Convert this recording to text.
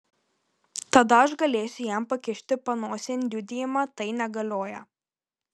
tada aš galėsiu jam pakišti panosėn liudijimą tai negalioja